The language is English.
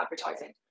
advertising